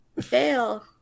Fail